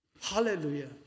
Hallelujah